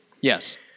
Yes